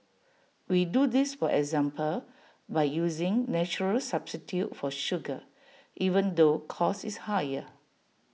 we do this for example by using natural substitute for sugar even though cost is higher